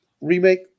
remake